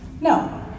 No